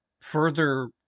further